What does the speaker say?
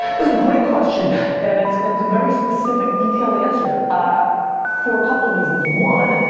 is a great question and it's and it's very specific, detailed answer for a couple reasons. one,